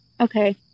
okay